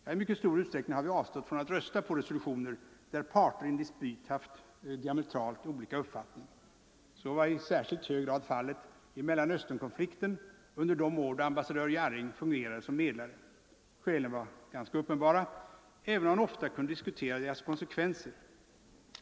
I mycket stor utsträckning har vi avstått från att rösta på resolutioner där parter i en dispyt haft diametralt olika uppfattningar. Så var i särskilt hög grad fallet i Mellanösternkonflikten under de år då ambassadör Jarring fungerade som medlare. Skälen var uppenbara, även om deras konsekvenser ofta kunde diskuteras.